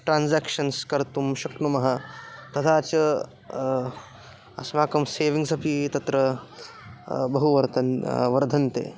transactions कर्तुं शक्नुमः तथा च अस्माकं सेविङ्ग्स् अपि तत्र बहु वर्तन् वर्धन्ते